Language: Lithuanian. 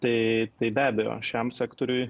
tai tai be abejo šiam sektoriui